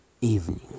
evening